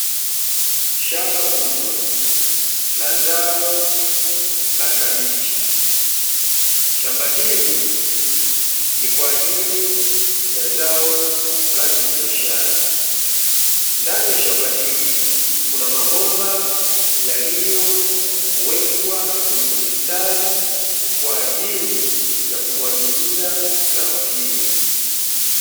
Shamba kubwa la zao la kabichi. Shamba hili ni kwa ajili ya zao la kibiashara. Ndani ya shamba hili kuna mabomba yaliyo wekwa kwenye mistari kwa ajili ya kumwagilia zao hili.